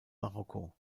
marokko